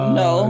no